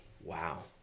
wow